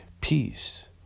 Peace